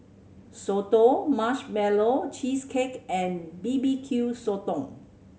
soto Marshmallow Cheesecake and B B Q Sotong